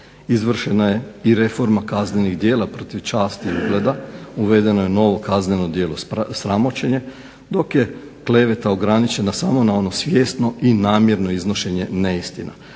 Izvršena je i reforma kaznenih djela protiv časti i ugleda, uvedeno je novo kazneno djelo sramoćenje, dok je kleveta ograničena samo na ono svjesno i namjerno iznošenje neistina.